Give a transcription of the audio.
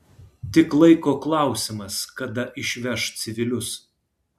tik laiko klausimas kada išveš civilius